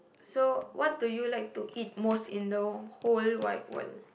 so what do you like to eat most in the whole wide world